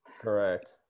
Correct